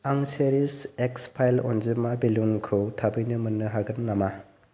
आं चेरिश एक्स फाइल अन्जिमा बेलुनखौ थाबैनो मोन्नो हागोन नामा